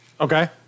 Okay